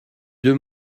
deux